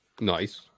Nice